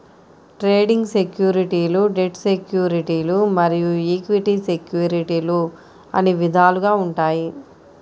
trading సెక్యూరిటీలు debt సెక్యూరిటీలు మరియు ఈక్విటీ సెక్యూరిటీలు అని విధాలుగా ఉంటాయి